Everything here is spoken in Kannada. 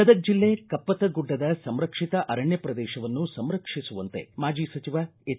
ಗದಗ ಜಿಲ್ಲೆ ಕಪ್ಪತ್ತಗುಡ್ಡದ ಸಂರಕ್ಷಿತ ಅರಣ್ಯ ಪ್ರದೇಶವನ್ನು ಸಂರಕ್ಷಿಸುವಂತೆ ಮಾಜಿ ಸಚಿವ ಎಚ್